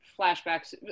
flashbacks